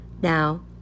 Now